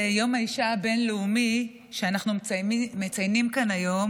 יום האישה הבין-לאומי שאנחנו מציינים כאן היום